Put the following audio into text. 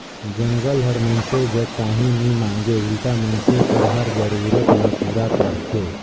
जंगल हर मइनसे जग काही नी मांगे उल्टा मइनसे कर हर जरूरत ल पूरा करथे